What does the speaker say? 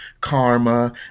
karma